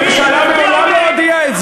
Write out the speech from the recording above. הממשלה הודיעה, הממשלה מעולם לא הודיעה את זה.